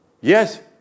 Yes